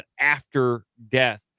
after-death